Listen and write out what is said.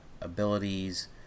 abilities